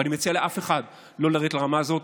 ואני לא מציע לאף אחד לרדת לרמה הזאת,